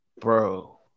Bro